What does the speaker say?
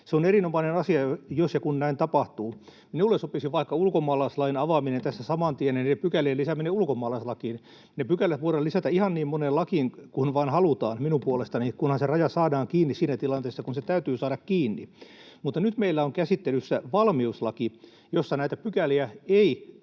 Se on erinomainen asia, jos ja kun näin tapahtuu. Minulle sopisi vaikka ulkomaalaislain avaaminen tässä saman tien, näiden pykälien lisääminen ulkomaalaislakiin. Ne pykälät voidaan lisätä ihan niin moneen lakiin kuin vain halutaan minun puolestani, kunhan se raja saadaan kiinni siinä tilanteessa, kun se täytyy saada kiinni. Mutta nyt meillä on käsittelyssä valmiuslaki, jossa ei ole näitä pykäliä,